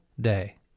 day